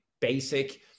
basic